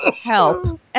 Help